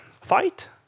fight